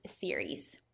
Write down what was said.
series